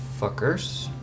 fuckers